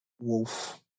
Wolf